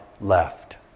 left